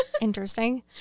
Interesting